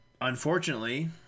unfortunately